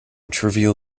trivial